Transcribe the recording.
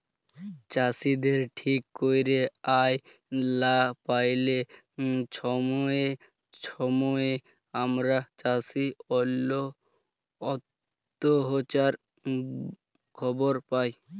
চাষীদের ঠিক ক্যইরে আয় লা প্যাইলে ছময়ে ছময়ে আমরা চাষী অত্যহত্যার খবর পায়